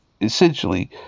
essentially